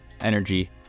energy